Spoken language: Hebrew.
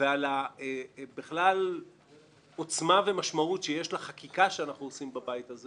ועל בכלל עוצמה ומשמעות שיש לחקיקה שאנחנו עושים בבית הזה